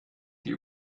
die